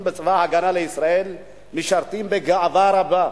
בצבא-הגנה לישראל משרתים בגאווה רבה.